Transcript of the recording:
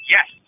Yes